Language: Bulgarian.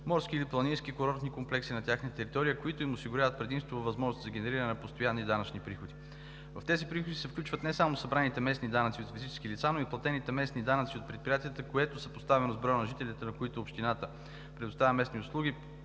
морски или планински курортни комплекси на тяхна територия, които им осигуряват предимство във възможностите за генериране на постоянни данъчни приходи. В тези приходи се включват не само събраните местни данъци от физически лица, но и платените местни данъци от предприятията, което съпоставено с броя на жителите, на които общината предоставя местни услуги,